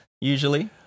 usually